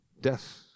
death